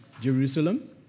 Jerusalem